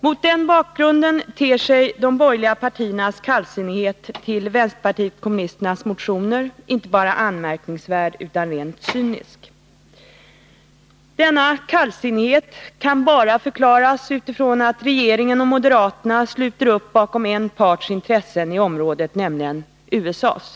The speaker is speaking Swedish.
Mot den bakgrunden ter sig de borgerliga partiernas kallsinnighet till vpk:s motioner inte vara anmärkningsvärd utan rent cynisk. Denna kallsinnighet kan bara förklaras på så sätt att regeringen och moderaterna sluter upp bakom en parts intressen i området, nämligen USA:s.